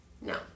No